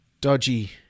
dodgy